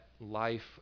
life